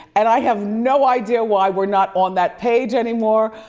and i have no idea why we're not on that page anymore,